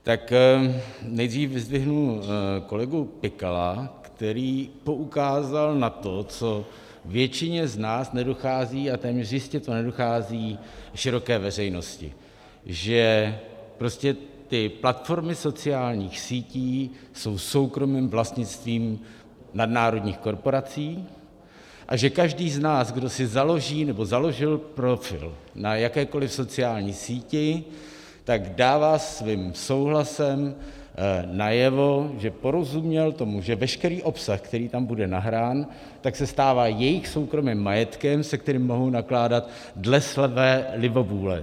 Tak nejdřív vyzdvihnu kolegu Pikala, který poukázal na to, co většině z nás nedochází, a téměř jistě to nedochází široké veřejnosti, že prostě ty platformy sociálních sítí jsou soukromým vlastnictvím nadnárodních korporací a že každý z nás, kdo si založí nebo založil profil na jakékoliv sociální síti, tak dává svým souhlasem najevo, že porozuměl tomu, že veškerý obsah, který tam bude nahrán, se stává jejich soukromým majetkem, se kterým mohou nakládat dle své libovůle.